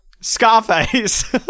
Scarface